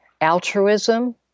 altruism